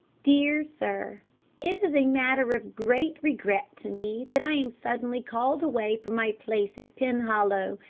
dear sir it is a matter of great regret to me that i am suddenly called away from my place at penhollow,